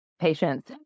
patience